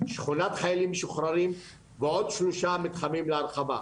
שכונת חיילים משוחררים ועוד שלושה מתחמים להרחבה.